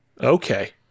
Okay